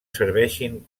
serveixin